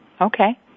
Okay